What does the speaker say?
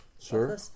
Sure